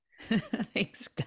Thanks